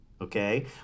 okay